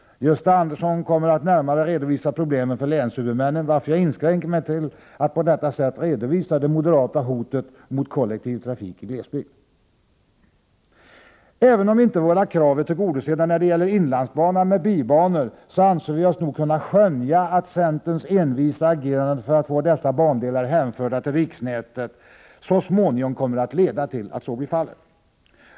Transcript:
Gösta Andersson kommer att närmare redovisa problemen för länshuvudmännen, varför jag inskränker mig till att på detta sätt redovisa det moderata hotet mot kollektivtrafik i glesbygd. Även om inte våra krav är tillgodosedda när det gäller inlandsbanan med bibanor, anser vi oss nog kunna skönja att centerns envisa agerande för att få dessa bandelar hänförda till riksnätet så småningom kommer att leda till att så blir fallet.